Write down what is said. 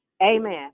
Amen